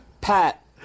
Pat